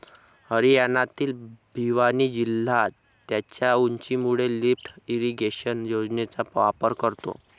हरियाणातील भिवानी जिल्हा त्याच्या उंचीमुळे लिफ्ट इरिगेशन योजनेचा वापर करतो